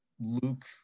luke